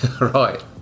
Right